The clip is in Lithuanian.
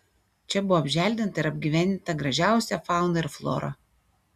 čia buvo apželdinta ir apgyvendinta gražiausia fauna ir flora